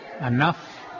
enough